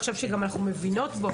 עכשיו כשאנחנו גם מבינות בו,